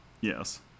Yes